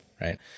right